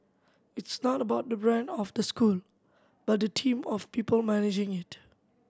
it's not about the brand of the school but the team of people managing it